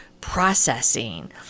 processing